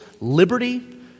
liberty